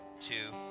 two